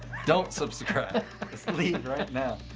don't subscribe. just and leave and right now.